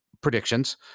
predictions